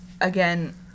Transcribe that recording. again